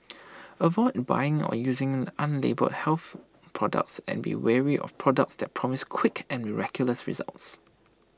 avoid buying or using unlabelled health products and be wary of products that promise quick and miraculous results